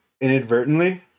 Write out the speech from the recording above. inadvertently